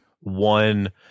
one